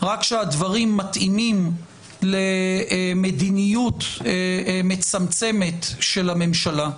רק כשהדברים מתאימים למדיניות מצמצמת של הממשלה.